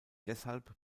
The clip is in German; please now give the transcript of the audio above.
deshalb